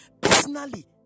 Personally